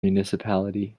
municipality